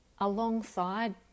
alongside